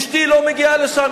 אשתי לא מגיעה לשם,